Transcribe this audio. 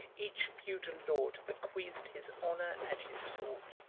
each feudal lord bequeathed his honor and his sword.